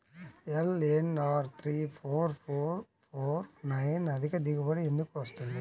LNR three four four four nine అధిక దిగుబడి ఎందుకు వస్తుంది?